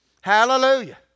Hallelujah